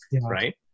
right